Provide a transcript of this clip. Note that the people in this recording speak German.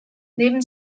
neben